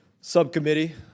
subcommittee